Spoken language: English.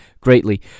greatly